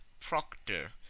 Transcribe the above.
Proctor